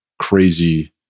crazy